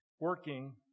working